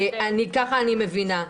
ככה אני מבינה.